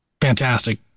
fantastic